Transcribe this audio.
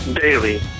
daily